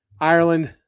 Ireland